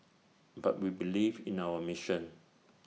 but we believe in our mission